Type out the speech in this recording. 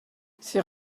c’est